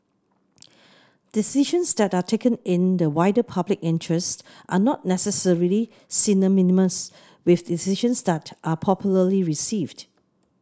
decisions that are taken in the wider public interest are not necessarily synonymous with decisions that are popularly received